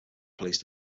police